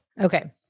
Okay